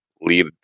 lead